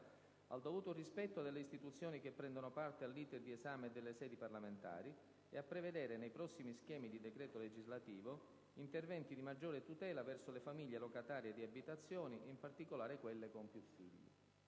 al dovuto rispetto delle istituzioni che prendono parte all'*iter* di esame e delle sedi parlamentari e a prevedere nei prossimi schemi di decreto legislativo interventi di maggiore tutela verso le famiglie locatarie di abitazioni, in particolare quelle con più figli;